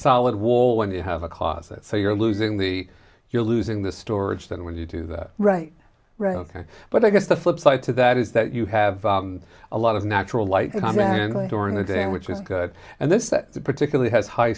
solid wall when you have a closet so you're losing the you're losing the storage then when you do that right right ok but i guess the flip side to that is that you have a lot of natural light command line during the day which is good and this that particularly h